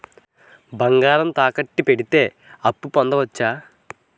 బంగారం తాకట్టు కి పెడితే అప్పు పొందవచ్చ?